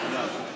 תודה.